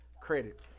credit